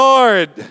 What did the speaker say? Lord